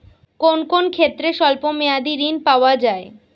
কোন কোন ক্ষেত্রে স্বল্প মেয়াদি ঋণ পাওয়া যায়?